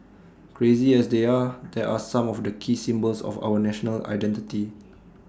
crazy as they are there are some of the key symbols of our national identity